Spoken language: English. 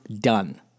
done